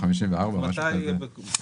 מתי יהיה בכל מקום?